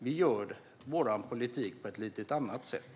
Vi bedriver vår politik på ett lite annat sätt.